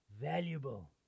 valuable